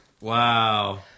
Wow